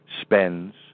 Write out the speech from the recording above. spends